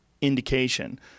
indication